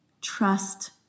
trust